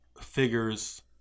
figures